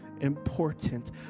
important